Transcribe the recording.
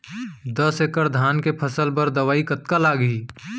दस एकड़ धान के फसल बर दवई कतका लागही?